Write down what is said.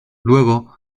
luego